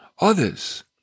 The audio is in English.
others